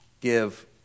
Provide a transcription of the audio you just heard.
give